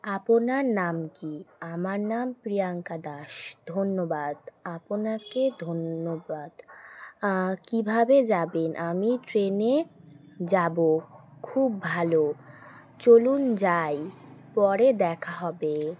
আপনার নাম কি আমার নাম প্রিয়াঙ্কা দাস ধন্যবাদ আপনাকে ধন্যবাদ কীভাবে যাবেন আমি ট্রেনে যাবো খুব ভালো চলুন যাই পরে দেখা হবে